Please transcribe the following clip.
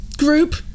Group